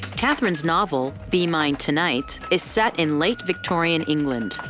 kathryn's novel, be mine tonight, is set in late victorian england.